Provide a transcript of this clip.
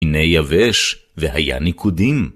הנה יבש, והיה ניקודים.